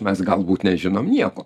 mes galbūt nežinom nieko